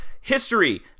History